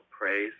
praise